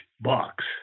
box